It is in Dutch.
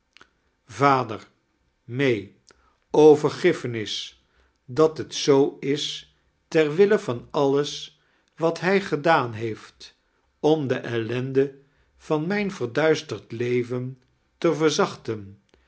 vader may o vergiffenis dat het zoo is ter wiile van alles wat hij gedaan heeft om de ellende van mijn veirduisterd leven t verzachten